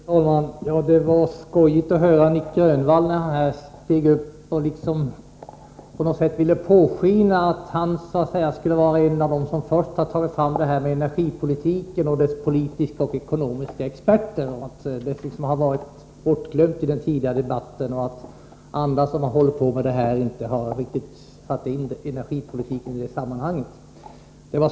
Fru talman! Det var roligt att lyssna på Nic Grönvall när han steg upp här och på något sätt lät påskina att han så att säga skulle vara en av de första som tagit upp det här med politiska och ekonomiska experter i fråga om energipolitiken. Han menade att man liksom glömt bort detta i tidigare debatter och att de som hållit på med dessa frågor inte riktigt fått in energipolitiken i sammanhanget.